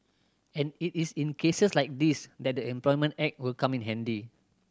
and it is in cases like these that the Employment Act will come in handy